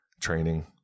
training